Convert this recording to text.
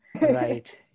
right